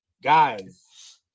Guys